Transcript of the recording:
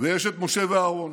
ויש את משה ואהרון.